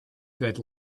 good